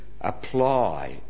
apply